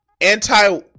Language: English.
anti